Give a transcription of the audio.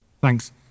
Thanks